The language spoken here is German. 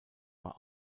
war